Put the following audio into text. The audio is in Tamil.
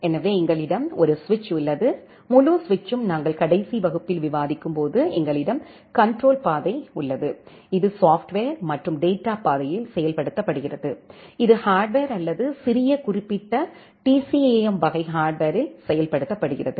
எனவே எங்களிடம் ஒரு சுவிட்ச் உள்ளது முழு சுவிட்சும் நாங்கள் கடைசி வகுப்பில் விவாதிக்கும்போது எங்களிடம் கண்ட்ரோல் பாதை உள்ளதுஇது சாப்ட்வர் மற்றும் டேட்டா பாதையில் செயல்படுத்தப்படுகிறது இது ஹார்ட்வர் அல்லது சிறிய குறிப்பிட்ட TCAM வகை ஹார்ட்வரில் செயல்படுத்தப்படுகிறது